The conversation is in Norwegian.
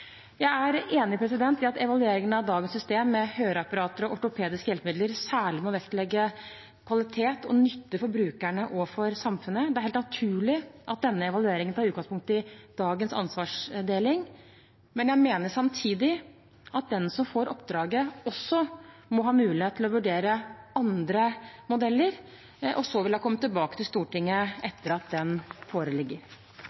Jeg er enig i at vi i evalueringen av dagens system med høreapparater og ortopediske hjelpemidler særlig må vektlegge kvalitet og nytte for brukerne og for samfunnet. Det er helt naturlig at denne evalueringen tar utgangspunkt i dagens ansvarsdeling, men jeg mener samtidig at den som får oppdraget, også må ha mulighet til å vurdere andre modeller. Jeg vil komme tilbake til Stortinget